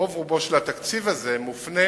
רוב רובו של התקציב הזה מופנה